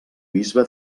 bisbe